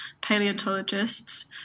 paleontologists